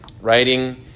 writing